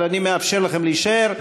אבל אני מאפשר לכם להישאר.